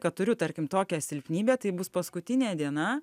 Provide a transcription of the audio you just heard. kad turiu tarkim tokią silpnybę tai bus paskutinė diena